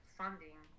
funding